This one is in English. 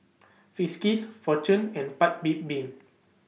Friskies Fortune and Paik's Bibim